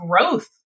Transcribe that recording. growth